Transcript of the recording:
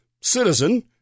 citizen